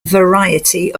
variety